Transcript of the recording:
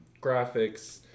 graphics